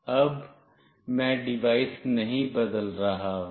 अब मैं डिवाइस नहीं बदल रहा हूं